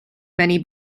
many